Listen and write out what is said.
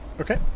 Okay